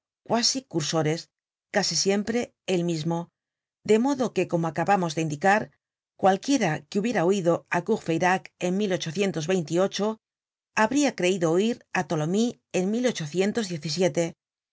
quasi cursores casi siempre el mismo de modo que como acabamos de indicar cualquiera que hubiera oido á courfeyrac en habria creido oír á tolomyes en